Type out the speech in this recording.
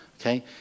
okay